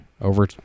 over